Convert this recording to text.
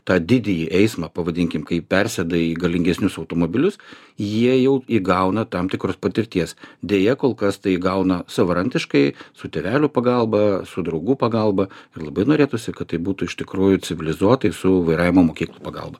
tą didįjį eismą pavadinkim kai persėda į galingesnius automobilius jie jau įgauna tam tikros patirties deja kol kas tai įgauna savarankiškai su tėvelių pagalba su draugų pagalba labai norėtųsi kad tai būtų iš tikrųjų civilizuotai su vairavimo mokyklų pagalba